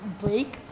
break